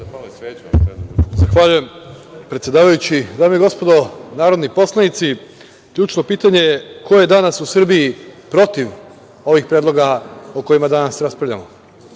Zahvaljujem predsedavajujći. Dame i gospodo, narodni poslanici, ključno pitanje je ko je danas u Srbiji protiv ovih predloga o kojima danas raspravljamo?